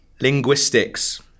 Linguistics